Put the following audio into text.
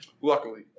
Luckily